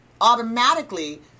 Automatically